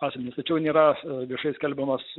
asmenys tačiau nėra viešai skelbiamas